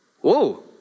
Whoa